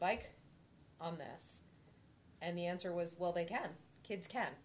bike on this and the answer was well they can kids can